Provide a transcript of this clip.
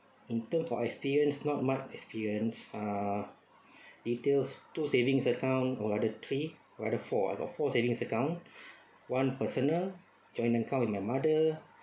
in terms of experience not much experience uh details two savings account or rather three or rather four I got four savings account one personal joint account with the mother